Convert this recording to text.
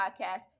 Podcast